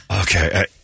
Okay